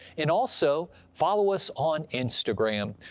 and also follow us on instagram.